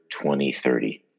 2030